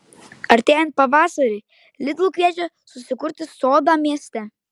artėjant pavasariui lidl kviečia susikurti sodą mieste